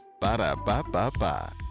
Ba-da-ba-ba-ba